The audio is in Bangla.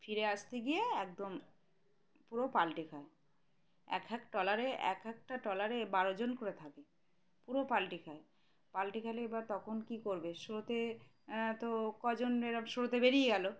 ফিরে আসতে গিয়ে একদম পুরো পাল্টি খায় এক এক ট্রলারে এক একটা ট্রলারে বারোজন করে থাকে পুরো পাল্টি খায় পাল্টি খেলে এবার তখন কী করবে শুরুতে তো কজন এ শুরুতে বেরিয়ে গেলো